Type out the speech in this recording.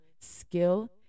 skill